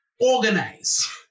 organize